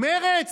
מרצ?